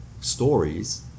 stories